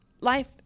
life